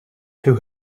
who